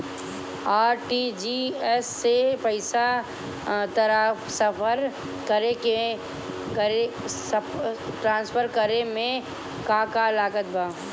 RTGS से पईसा transfer करे मे का का लागत बा?